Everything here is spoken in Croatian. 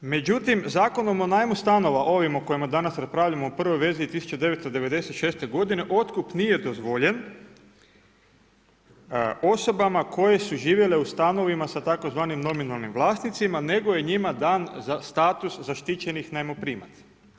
Međutim, Zakonom o najmu stanova ovima o kojima danas raspravljamo u prvoj verziji 1996. godine otkup nije dozvoljen osobama koje su živjele u stanovima sa tzv. nominalnim vlasnicima nego je njim dan status zaštićenih najmoprimaca.